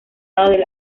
del